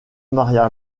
maria